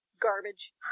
garbage